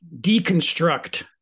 deconstruct